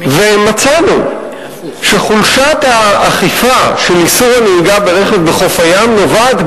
מצאנו שחולשת האכיפה של איסור הנהיגה ברכב בחוף הים נובעת,